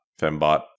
Fembot